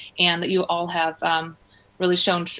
and you all have really shown,